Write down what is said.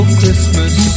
Christmas